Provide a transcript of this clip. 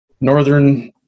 northern